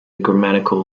grammatical